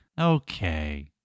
Okay